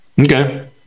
Okay